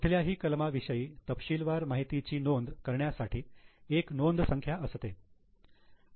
कुठल्याही कलमा विषयी तपशीलवार माहितीची नोंद करण्यासाठी एक नोंद संख्या आहे